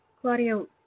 Claudio